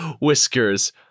Whiskers